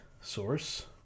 source